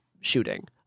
shooting